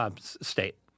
State